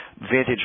vintage